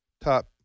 top